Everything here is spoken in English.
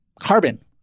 carbon